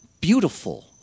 beautiful